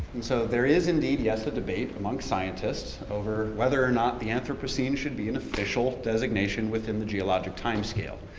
and so there is indeed yes, a debate among scientists, over whether or not the anthropocene should be an official designation within the geologic time-scale.